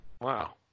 Wow